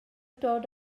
dod